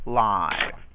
live